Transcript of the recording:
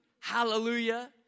Hallelujah